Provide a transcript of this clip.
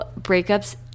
breakups